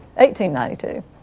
1892